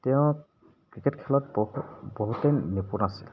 তেওঁ ক্ৰিকেট খেলত বহু বহুতেই নিপুণ আছিল